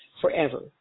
forever